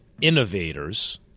innovators